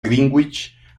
greenwich